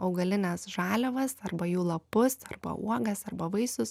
augalines žaliavas arba jų lapus arba uogas arba vaisius